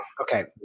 okay